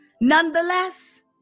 Nonetheless